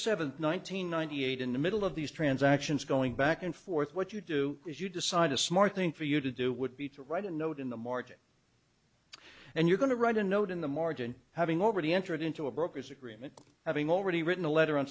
hundred ninety eight in the middle of these transactions going back and forth what you do is you decide a smart thing for you to do would be to write a note in the market and you're going to write a note in the margin having already entered into a broker's agreement having already written a letter on